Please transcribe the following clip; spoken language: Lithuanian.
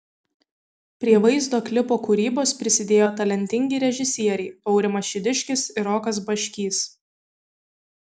prie vaizdo klipo kūrybos prisidėjo talentingi režisieriai aurimas šidiškis ir rokas baškys